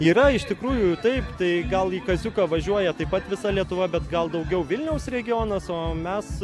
yra iš tikrųjų taip tai gal į kaziuką važiuoja taip pat visa lietuva bet gal daugiau vilniaus regionas o mes